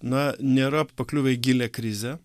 na nėra pakliuvę į gilią krizę